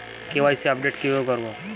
KYC update কিভাবে করবো?